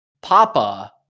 Papa